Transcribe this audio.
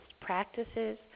practices